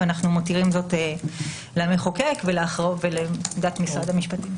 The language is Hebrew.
ואנחנו מותירים זאת למחוקק ולעמדת משרד המשפטים.